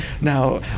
now